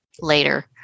later